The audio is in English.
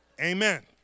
amen